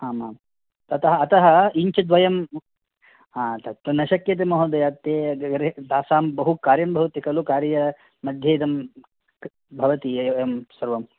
आम् आम् ततः अतः इञ्च् द्वयं हा तत् तु न शक्यते महोदय ते तासां बहु कार्यं भवति खलु कार्य मध्ये इदं भवति इयं सर्वं